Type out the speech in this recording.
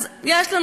אז יש לנו,